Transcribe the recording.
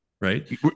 Right